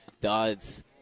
Dodds